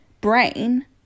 brain